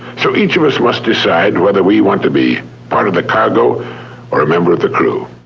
so each of us must decide whether we want to be part of the cargo or a member of the crew.